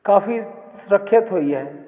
ਕਾਫੀ ਸੁਰੱਖਿਅਤ ਹੋਈ ਹੈ